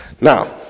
Now